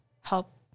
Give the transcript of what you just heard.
help